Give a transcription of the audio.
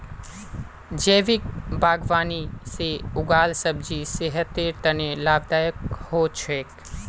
जैविक बागवानी से उगाल सब्जी सेहतेर तने लाभदायक हो छेक